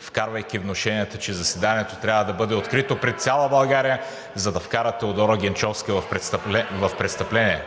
вкарвайки внушенията, че заседанието трябва да бъде открито пред цяла България, за да вкара Теодора Генчовска в престъпление.